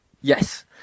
Yes